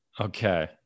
Okay